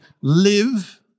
live